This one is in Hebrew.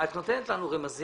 את נותנת לנו רמזים